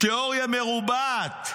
תיאוריה מרובעת,